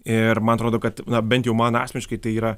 ir man atrodo kad na bent jau man asmeniškai tai yra